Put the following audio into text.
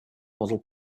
model